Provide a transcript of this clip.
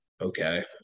okay